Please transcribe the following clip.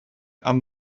aan